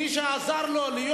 מי שעזר לו להיות,